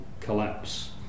collapse